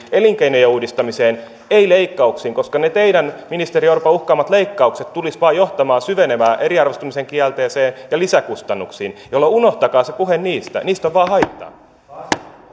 elinkeinojen uudistamiseen ei leikkauksiin koska ne teidän ministeri orpo uhkaamanne leikkaukset tulisivat vain johtamaan syvenevään eriarvoistumisen kierteeseen ja lisäkustannuksiin jolloin unohtakaa se puhe niistä niistä on vain haittaa